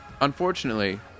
unfortunately